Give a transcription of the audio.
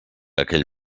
aquell